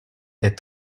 est